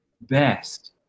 best